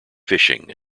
fishing